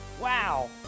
Wow